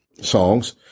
songs